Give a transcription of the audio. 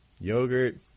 yogurt